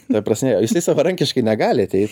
ta prasme jisai savarankiškai negali ateit